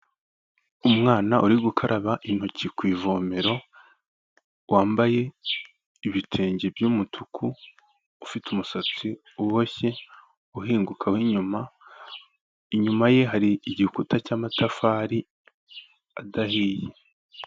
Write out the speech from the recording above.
Umwana uri gukaraba intoki ku ivomero, wambaye ibitenge by'umutuku, ufite umusatsi uboshye uhinguka w'inyuma, inyuma ye hari igikuta cya'amatafari adahiye.